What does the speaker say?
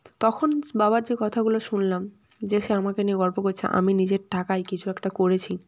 তখন বাবার যে কথাগুলো শুনলাম যে সে আমাকে নিয়ে গর্ব করছে আমি নিজের টাকায় কিছু একটা করেছি